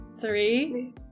Three